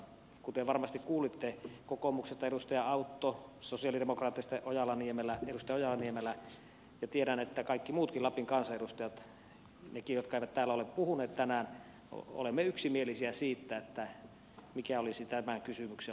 kuten varmasti kuulitte kokoomuksesta edustaja autto sosialidemokraateista edustaja ojala niemelä ja tiedän että me kaikki muutkin lapin kansanedustajat nekin jotka eivät täällä ole puhuneet tänään olemme yksimielisiä siitä mikä olisi tämän kysymyksen osalta järkevää